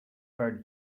burned